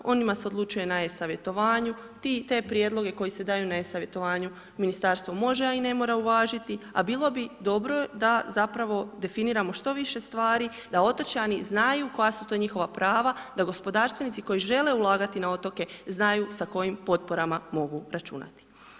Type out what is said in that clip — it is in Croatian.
O njima se odlučuje na e-savjetovanju, ti i te prijedloge koji se daju na e-savjetovanju Ministarstvo može, a i ne mora uvažiti, a bilo bi dobro da zapravo definiramo što više stvari, da otočani znaju koja su to njihova prava, da gospodarstvenici koji žele ulagati na otoke znaju sa kojim potporama mogu računati.